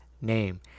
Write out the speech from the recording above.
name